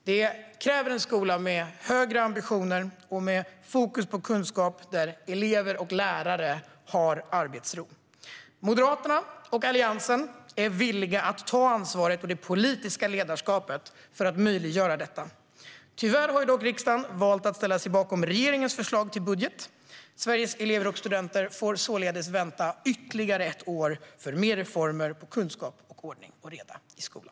Detta kräver en skola med högre ambitioner och fokus på kunskap, där elever och lärare har arbetsro. Moderaterna och Alliansen är villiga att ta ansvaret och det politiska ledarskapet för att möjliggöra detta. Tyvärr har dock riksdagen valt att ställa sig bakom regeringens förslag till budget. Sveriges elever och studenter får således vänta ytterligare ett år på fler reformer för kunskap och ordning och reda i skolan.